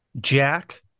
Jack